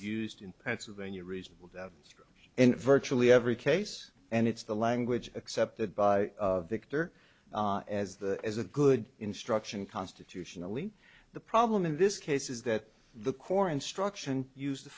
used in pennsylvania reasonable school and virtually every case and it's the language accepted by victor as the as a good instruction constitutionally the problem in this case is that the core instruction used the